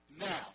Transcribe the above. Now